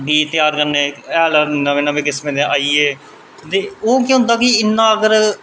बीऽ त्यार करने ते हैल नमें नमें किस्म दे आई गे ते ओह् केह् होंदा कि इन्ना अगर